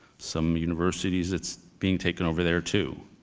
some universities, it's being taken over there too.